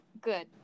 good